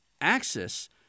axis